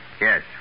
Yes